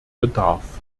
bedarf